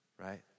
right